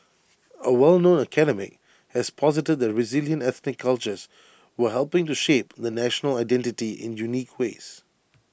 A well known academic has posited that resilient ethnic cultures were helping to shape the national identity in unique ways